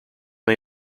may